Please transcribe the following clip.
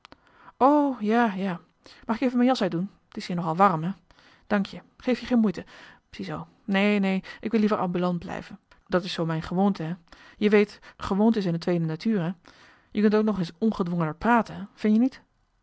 ja ja mag ik even mijn jas uit doen t is hier nog al warm hè dank je geef je geen moeite zie zoo neen neen ik wil liever ambulant blijven dat is zoo mijn gewoonte hè jemarcellus emants een nagelaten bekentenis weet gewoonte is een tweede natuur hè je kunt ook nog eens ongedwongener praten hè vin je niet